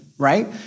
right